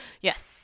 Yes